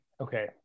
okay